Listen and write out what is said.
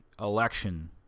election